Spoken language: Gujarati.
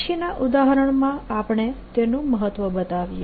પછીના ઉદાહરણમાં આપણે તેનું મહત્વ બતાવીએ